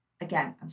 again